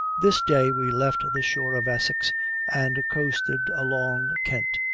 this day we left the shore of essex and coasted along kent,